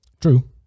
True